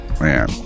Man